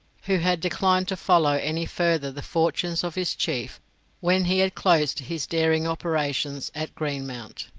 who had declined to follow any further the fortunes of his chief when he had closed his dairying operations at greenmount.